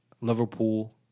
Liverpool